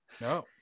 No